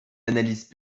analyses